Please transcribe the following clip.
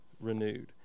renewed